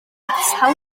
atal